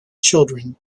children